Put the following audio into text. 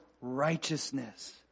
righteousness